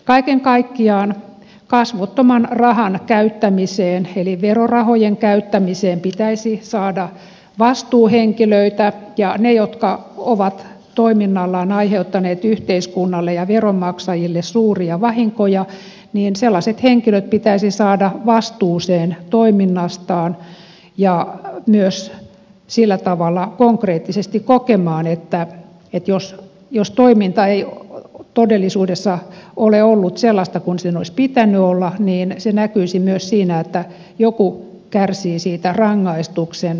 kaiken kaikkiaan kasvottoman rahan käyttämiseen eli verorahojen käyttämiseen pitäisi saada vastuuhenkilöitä ja sellaiset henkilöt jotka ovat toiminnallaan aiheuttaneet yhteiskunnalle ja veronmaksajille suuria vahinkoja pitäisi saada vastuuseen toiminnastaan ja myös sillä tavalla konkreettisesti kokemaan että jos toiminta ei todellisuudessa ole ollut sellaista kuin sen olisi pitänyt olla niin se näkyisi myös siinä että joku kärsii siitä rangaistuksen